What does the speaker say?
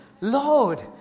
Lord